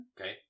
Okay